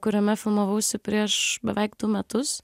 kuriame filmavausi prieš beveik du metus